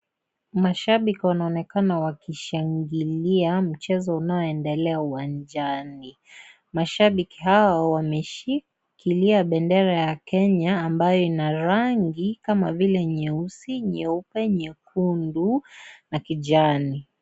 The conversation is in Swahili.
Mashabiki wanaonekana wakishangilia mchezo unaoendelea uwanjani. Mashabiki hao wameshikilia bendera ya Kenya ambayo ina rangi kama vile nyeusi, nyeupe, nyekundu na kijani.